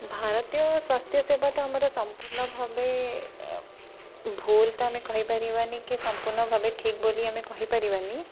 ଭାରତୀୟ ସ୍ୱାସ୍ଥ୍ୟସେବା ତ ଆମର ସମ୍ପୂର୍ଣ୍ଣ ଭାବେ ଭୁଲ ତ ଆମେ କହିପାରିବାନି କି ସମ୍ପୂର୍ଣ୍ଣ ଭାବେ ଠିକ୍ ବୋଲି ଆମେ କହିପାରିବାନି